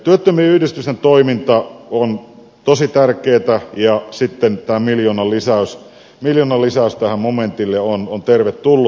työttömien yhdistysten toiminta on tosi tärkeätä ja sitten tämä miljoonan lisäys tähän momentille on tervetullut